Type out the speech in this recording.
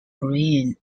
green